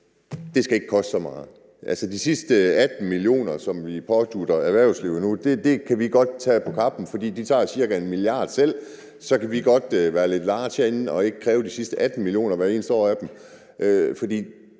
det ikke skal koste så meget? Altså, de sidste 18 mio. kr., som vi pådutter erhvervslivet nu, kan vi godt tage på vores kappe, fordi de tager ca. 1 mia. kr. selv, og så kan vi godt være lidt large herinde og ikke kræve de sidste 18 mio. kr. hver eneste år af dem. For